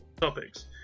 topics